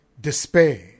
despair